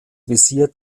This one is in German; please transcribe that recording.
visier